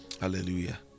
Hallelujah